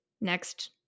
next